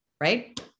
right